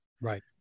Right